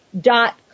dot